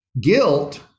Guilt